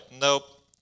nope